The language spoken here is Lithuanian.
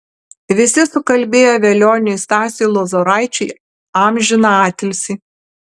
visi sukalbėjo velioniui stasiui lozoraičiui amžiną atilsį